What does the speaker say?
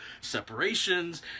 separations